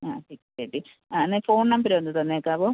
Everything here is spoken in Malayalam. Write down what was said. ആ ടിക്കറ്റ് ആ എന്നാൽ ഫോൺ നമ്പര് ഒന്ന് തന്നേക്കാവോ